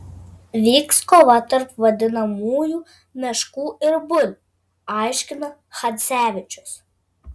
vyks kova tarp vadinamųjų meškų ir bulių aiškina chadzevičius